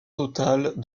totale